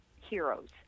heroes